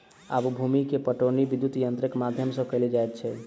आब भूमि के पाटौनी विद्युत यंत्रक माध्यम सॅ कएल जाइत अछि